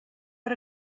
per